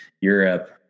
Europe